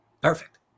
Perfect